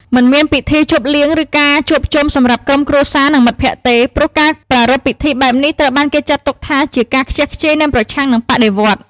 មិនមានពិធីជប់លៀងឬការជួបជុំសម្រាប់ក្រុមគ្រួសារនិងមិត្តភក្តិទេ ព្រោះការប្រារព្ធពិធីបែបនេះត្រូវបានគេចាត់ទុកថាជាការខ្ជះខ្ជាយនិងប្រឆាំងនឹងបដិវត្តន៍។